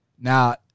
Now